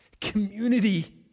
community